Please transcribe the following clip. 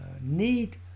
need